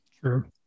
Sure